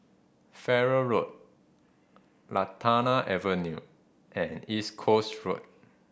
Farrer Road Lantana Avenue and East Coast Road